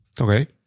Okay